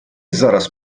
зараз